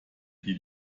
die